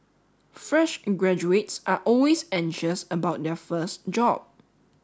fresh graduates are always anxious about their first job